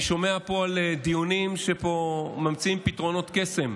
אני שומע פה על דיונים שממציאים פתרונות קסם.